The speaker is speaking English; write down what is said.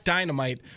Dynamite